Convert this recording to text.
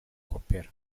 gukopera